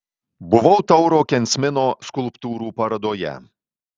buvau tauro kensmino skulptūrų parodoje